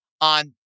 on